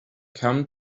come